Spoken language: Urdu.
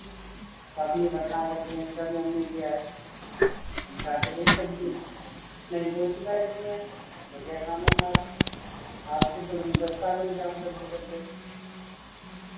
ابھی یہ بٹناگر جی ان کا بھی ہم نے کیا ہے جا کے دیکھ سکتے نہیں کوئی شکایت نہیں ہے بڑھیا کام ہے ہمارا آج سے تھوڑے ہمیں دس سال ہو گٮٔے کام کرتے کرتے